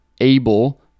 able